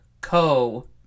co